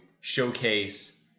showcase